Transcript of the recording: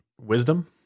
wisdom